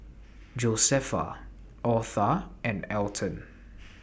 Josefa Otha and Alton